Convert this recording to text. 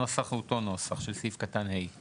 מעבר לזה הנוסח הוא אותו נוסח של סעיף קטן (ה).